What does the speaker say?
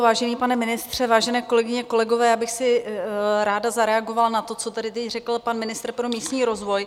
Vážený pane ministře, vážené kolegyně, kolegové, já bych ráda zareagovala na to, co tady teď řekl pan ministr pro místní rozvoj.